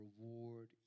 reward